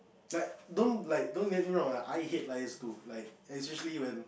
like don't like don't get me wrong I hate liars too like especially when